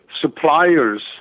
suppliers